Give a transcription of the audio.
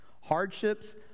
Hardships